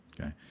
Okay